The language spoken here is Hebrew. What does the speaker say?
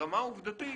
ברמה העובדתית,